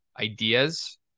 ideas